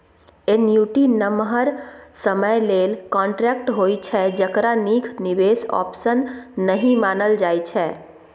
annuity नमहर समय लेल कांट्रेक्ट होइ छै जकरा नीक निबेश आप्शन नहि मानल जाइ छै